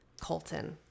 Colton